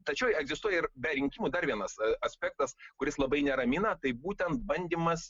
tačiau egzistuoja ir be rinkimų dar vienas aspektas kuris labai neramina tai būtent bandymas